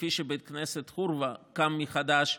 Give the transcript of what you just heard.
כפי שבית כנסת החורבה קם מחדש,